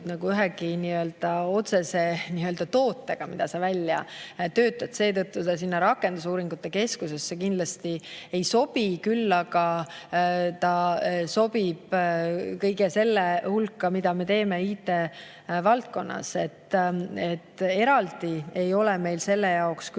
seotud ühegi otsese tootega, mida sa välja töötad, seetõttu see sinna rakendusuuringute keskusesse kindlasti ei sobi, küll aga sobib see kõige selle hulka, mida me teeme IT-valdkonnas. Eraldi ei ole meil selle jaoks küll